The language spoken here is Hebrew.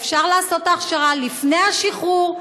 אפשר לעשות את ההכשרה לפני השחרור,